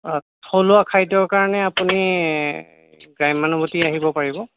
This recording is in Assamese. অঁ থলুৱা খাদ্যৰ কাৰণে আপুনি গ্ৰাম্যানুভূতি আহিব পাৰিব